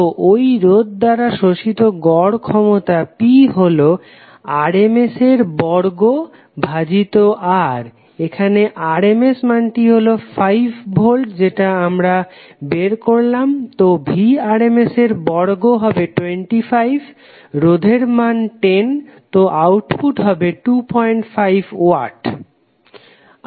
তো ওই রোধ দ্বারা শোষিত গড় ক্ষমতা P হলো RMS এর বর্গ ভাজিত R এখানে RMS মানটি হলো 5 ভোল্ট যেটা আমরা বের করলাম তো Vrms এর বর্গ হবে 25 রোধের মান 10 তো আউটপুট হবে 25 ওয়াট